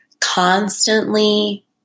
constantly